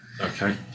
Okay